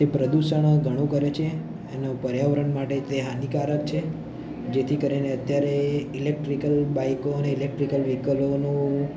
તે પ્રદૂષણ ઘણું કરે છે અને પર્યાવરણ માટે તે હાનિકારક છે જેથી કરીને અત્યારે ઇલેક્ટ્રિકલ બાઇકો અને ઇલેક્ટ્રિકલ વ્હીકલોનું